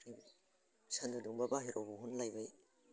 फ्राय सान्दुं दुंबा बाहेरायाव दिहुनलायबाय